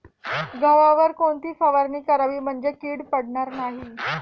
गव्हावर कोणती फवारणी करावी म्हणजे कीड पडणार नाही?